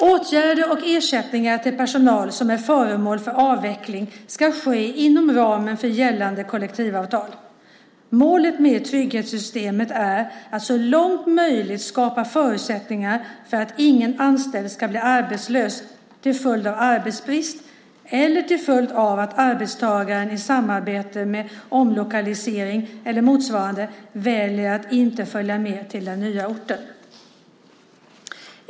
Åtgärder och ersättningar till personal som är föremål för avveckling ska ske inom ramen för gällande kollektivavtal. Målet med trygghetssystemet är att så långt möjligt skapa förutsättningar för att ingen anställd ska bli arbetslös till följd av arbetsbrist eller till följd av att arbetstagaren i samband med omlokalisering eller motsvarande väljer att inte följa med till den nya orten.